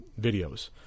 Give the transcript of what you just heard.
videos